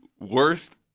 Worst